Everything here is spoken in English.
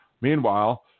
Meanwhile